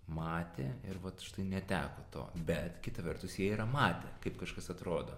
matė ir vat štai neteko to bet kita vertus jie yra matę kaip kažkas atrodo